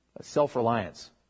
Self-reliance